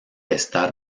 estar